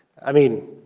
i mean,